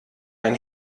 ein